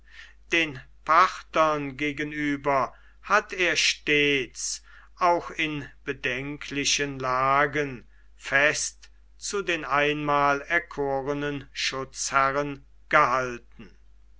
den parthern gegenüber hat er stets auch in bedenklichen lagen fest zu den einmal erkorenen schutzherren gehalten